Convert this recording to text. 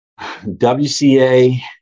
WCA